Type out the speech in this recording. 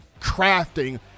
crafting